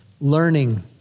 learning